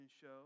show